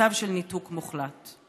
מצב של ניתוק מוחלט.